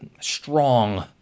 strong